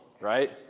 Right